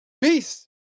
Peace